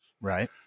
Right